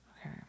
Okay